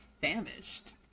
famished